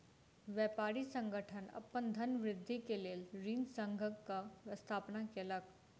व्यापारी संगठन अपन धनवृद्धि के लेल ऋण संघक स्थापना केलक